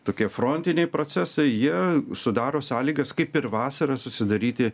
tokie frontiniai procesai jie sudaro sąlygas kaip ir vasarą susidaryti